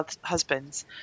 husbands